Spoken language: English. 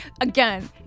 again